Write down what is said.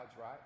right